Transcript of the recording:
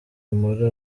muri